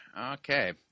Okay